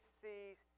sees